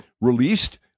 released